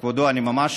כבודו, אני ממש